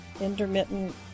intermittent